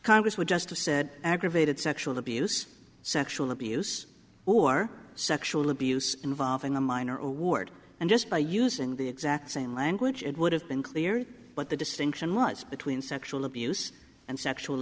congress would just a said aggravated sexual abuse sexual abuse or sexual abuse involving a minor award and just by using the exact same language it would have been clear but the distinction much between sexual abuse and sexual